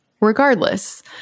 regardless